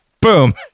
Boom